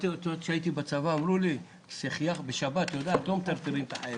התשפ"א-2021 מטרת התיקון של הצו הזה היא להבטיח שאדם שעובר את העבירה